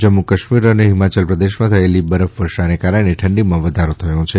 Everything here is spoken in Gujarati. જમ્મુ કાશ્મીર અને હિમાચલ પ્રદેશમાં થયેલી બરફવર્ષાને કારણે ઠંડીમાં વધારો થયો છે